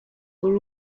were